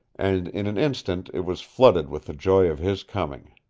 and in an instant it was flooded with the joy of his coming.